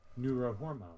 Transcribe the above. Neurohormone